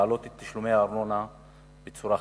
להעלות את תשלומי הארנונה עלייה חדה,